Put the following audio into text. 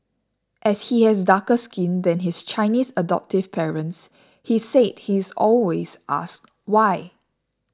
as he has darker skin than his Chinese adoptive parents he said he is always asked why